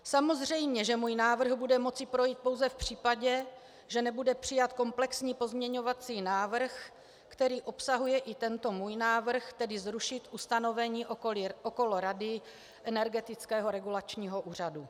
Samozřejmě že můj návrh bude moci projít pouze v případě, že nebude přijat komplexní pozměňovací návrh, který obsahuje i tento můj návrh, tedy zrušit ustanovení okolo rady Energetického regulačního úřadu.